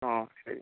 ആ ശരി